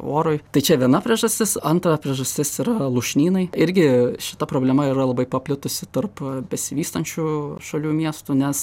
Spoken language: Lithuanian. orui tai čia viena priežastis antra priežastis yra lūšnynai irgi šita problema yra labai paplitusi tarp besivystančių šalių miestų nes